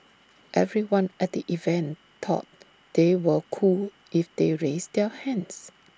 everyone at the event thought they were cool if they raised their hands